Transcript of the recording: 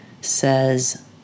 says